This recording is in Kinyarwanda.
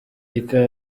ikawa